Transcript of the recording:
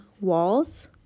walls